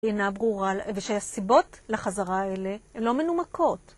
אינה ברורה, ושהסיבות לחזרה האלה הן לא מנומקות.